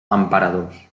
emperadors